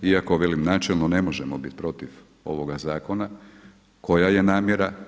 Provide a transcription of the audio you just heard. Iako velim načelno ne možemo biti protiv ovoga zakona koja je namjera.